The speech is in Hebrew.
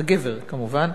הגבר כמובן,